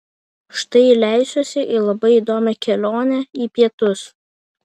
štai leisiuosi į labai įdomią kelionę į pietus